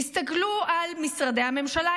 תסתכלו על משרדי הממשלה,